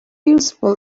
useful